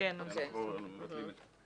כאן מבטלים את זה.